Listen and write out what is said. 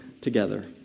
together